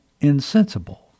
insensible